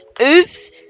Oops